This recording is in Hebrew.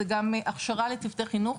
וגם הכשרה לצוותי חינוך.